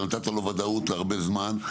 ונתת לו ודאות להרבה זמן,